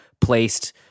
placed